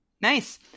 Nice